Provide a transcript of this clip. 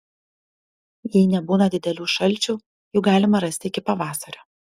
jei nebūna didelių šalčių jų galima rasti iki pavasario